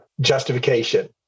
justification